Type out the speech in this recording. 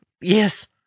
Yes